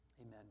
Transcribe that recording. amen